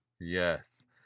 Yes